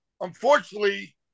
unfortunately